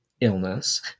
illness